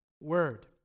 word